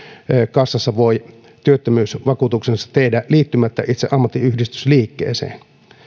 kassassa voi työttömyysvakuutuksensa tehdä liittymättä itse ammattiyhdistysliikkeeseen